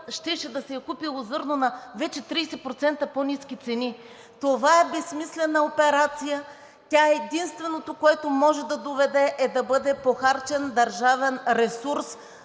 щеше да си е купило зърно на вече 30% по-ниски цени. Това е безсмислена операция, единственото, до което може да доведе тя, е да бъде похарчен държавен ресурс,